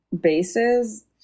bases